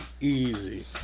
easy